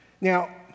Now